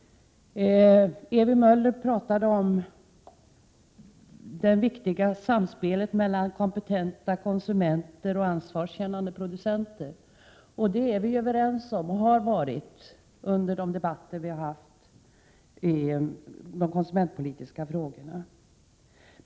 Ewy Möller talade om det viktiga samspelet mellan kompetenta konsumenter och ansvarskännande producenter. Det är vi och har vi varit överens om under debatterna om de konsumentpolitiska frågorna.